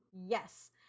Yes